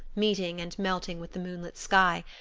meeting and melting with the moonlit sky,